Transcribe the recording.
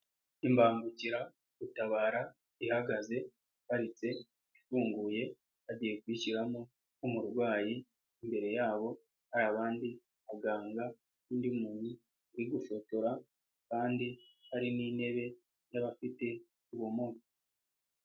Imbangukiragutabara ihagaze iparitse ifunguye, bagiye kuyishyiramo umurwayi imbere yabo hari bandi baganga n'undi muntu uri gufotora kandi hari n'intebe y'abafite ubumuga.